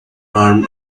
arm